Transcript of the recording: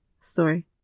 story